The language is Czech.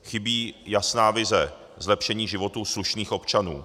Chybí jasná vize zlepšení životů slušných občanů.